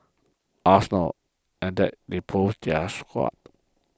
arsenal and that's they boost their squad